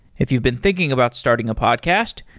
if you've been thinking about starting a podcast,